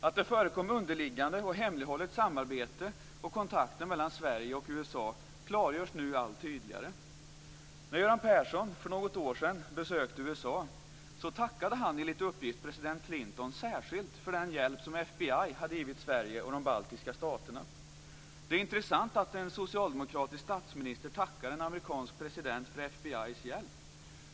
Att det förekom underliggande och hemlighållet samarbete och kontakter mellan Sverige och USA klargörs nu allt tydligare. När Göran Persson för något år sedan besökte USA tackade han enligt uppgift president Clinton särskilt för den hjälp som FBI hade gett Sverige och de baltiska staterna. Det är intressant att en socialdemokratisk statsminister tackar en amerikansk president för FBI:s hjälp.